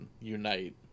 Unite